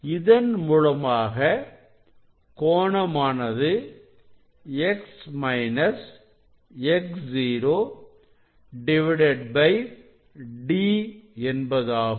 இதன் மூலமாக கோணமானது X X0D என்பதாகும்